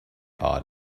art